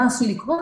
מה עשוי לקרות,